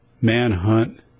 manhunt